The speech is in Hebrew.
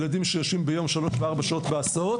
של ילדים שיושבים בהסעות שלוש וארבע שעות ביום.